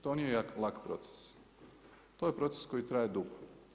To nije lak proces, to je proces koji traje dugo.